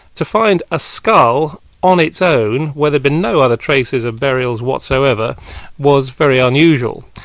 to find a skull on its own where there'd been no other traces of burials whatsoever was very unusual.